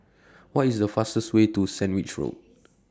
What IS The fastest Way to Sandwich Road